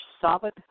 solid